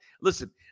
Listen